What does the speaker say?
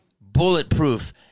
bulletproof